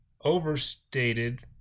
overstated